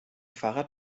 fahrrad